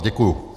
Děkuju.